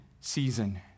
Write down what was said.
season